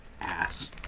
ass